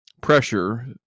pressure